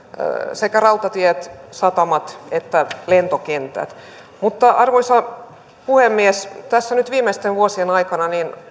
sekä rautatiet satamat että lentokentät arvoisa puhemies tässä nyt viimeisten vuosien aikana